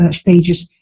stages